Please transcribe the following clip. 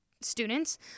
students